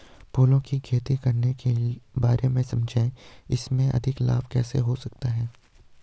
फूलों की खेती करने के बारे में समझाइये इसमें अधिक लाभ कैसे हो सकता है?